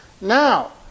Now